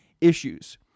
issues